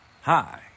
Hi